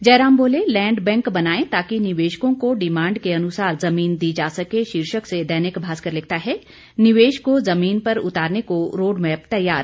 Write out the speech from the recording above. जयराम बोले land bank बनाएं ताकि निवेशकों को डिमांड के अनुसार जमीन दी जा सके शीर्षक से दैनिक भास्कर लिखता है निवेश को जमीन पर उतारने को रोडमैप तैयार